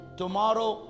tomorrow